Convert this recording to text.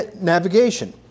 navigation